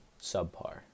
subpar